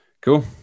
Cool